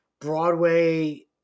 Broadway